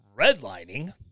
redlining